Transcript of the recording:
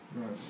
Right